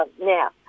Now